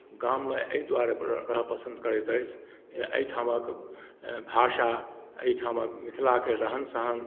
गाममे एहि द्वारे रहब पसन्द करैत अछि जे एहिठामक भाषा एहिठामक मिथिलाके रहन सहन